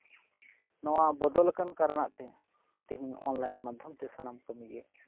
ᱱᱚᱣᱟ ᱵᱚᱫᱚᱞᱟᱠᱟᱱ ᱠᱟᱨᱚᱱᱟᱜ ᱛᱮ ᱛᱤᱦᱤᱧ ᱚᱱᱞᱟᱭᱤᱱ ᱢᱟᱫᱽᱫᱷᱚᱢ ᱛᱮ ᱥᱟᱱᱟᱢ ᱠᱟᱹᱢᱤ ᱜᱮ